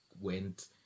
went